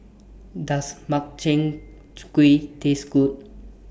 Does Makchang Gui Taste Good